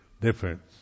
difference